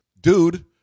Dude